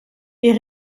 est